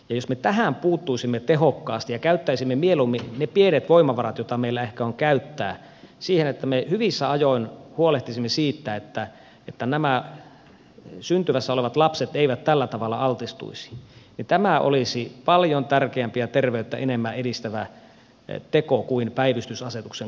jos me tähän puuttuisimme tehokkaasti ja käyttäisimme mieluummin ne pienet voimavarat jota meillä ehkä on käyttää siihen että me hyvissä ajoin huolehtisimme siitä että nämä syntymässä olevat lapset eivät tällä tavalla altistuisi niin tämä olisi paljon tärkeämpi ja terveyttä enemmän edistävä teko kuin päivystysasetuksen kaltainen keskittäminen